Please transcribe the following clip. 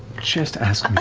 just ask